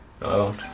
No